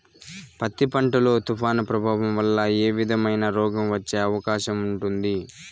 పత్తి పంట లో, తుఫాను ప్రభావం వల్ల ఏ విధమైన రోగం వచ్చే అవకాశం ఉంటుంది?